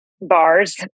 bars